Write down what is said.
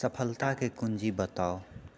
सफलताके कुञ्जी बताउ